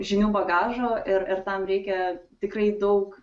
žinių bagažo ir ir tam reikia tikrai daug